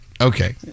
Okay